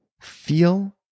feel